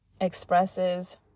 expresses